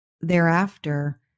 thereafter